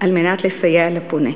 על מנת לסייע לפונה,